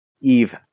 eve